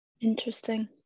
Interesting